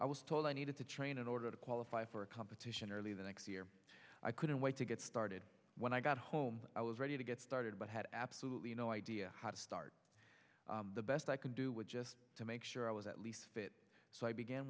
i was told i needed to train in order to qualify for a competition early the next year i couldn't wait to get started when i got home i was ready to get started but had absolute you know idea how to start the best i can do with just to make sure i was at least fit so i began